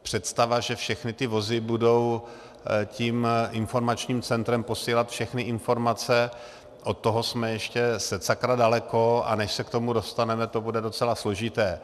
Představa, že všechny vozy budou tím informačním centrem posílat všechny informace, od toho jsme ještě setsakra daleko, a než se k tomu dostaneme, to bude docela složité.